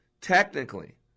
technically